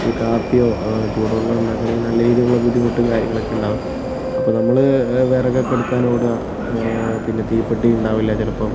ഒരു കാപ്പിയോ ചൂടുവെള്ളമോ ഉണ്ടാക്കണമെങ്കിൽ നല്ല രീതിയിലുള്ള ബുദ്ധിമുട്ടും കാര്യങ്ങളൊക്കെ ഉണ്ടാവും അപ്പോൾ നമ്മള് വിറകൊക്കെ എടുക്കാൻ ഓടുക പിന്നെ തീപ്പെട്ടി ഉണ്ടാകില്ല ചിലപ്പം